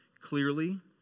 clearly